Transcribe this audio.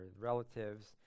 relatives